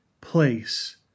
place